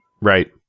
Right